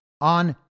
on